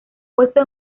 puesto